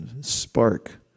spark